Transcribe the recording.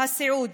הסיעוד,